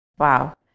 Wow